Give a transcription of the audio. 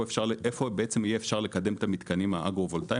אפשר יהיה לקדם את המתקנים האגרו-וולטאיים,